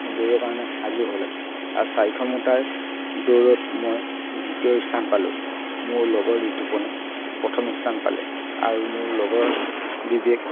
দৌৰৰ কাৰণে সাজু হ'ল আৰু চাৰিশ মিটাৰ দৌৰত মই দ্বিতীয় স্থান পালোঁ মোৰ লগৰ ঋতুপনে প্ৰথম স্থান পালে আৰু মোৰ লগৰ বিবেক